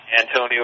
Antonio